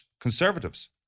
Conservatives